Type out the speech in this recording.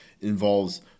involves